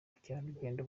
bukerarugendo